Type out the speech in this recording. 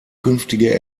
künftige